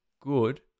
good